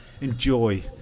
enjoy